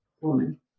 woman